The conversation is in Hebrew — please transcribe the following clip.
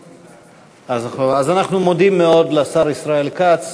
אז אנחנו מודים מאוד לשר ישראל כץ,